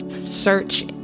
search